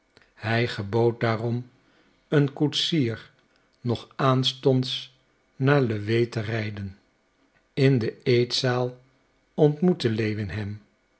hij gebood daarom den koetsier nog aanstonds naar lewé te rijden in de eetzaal ontmoette lewin